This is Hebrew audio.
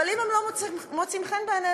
אבל אם הם לא מוצאים חן בעינינו,